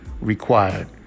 required